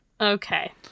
Okay